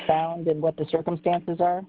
found and what the circumstances are